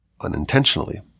unintentionally